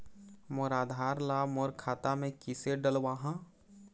मोर आधार ला मोर खाता मे किसे डलवाहा?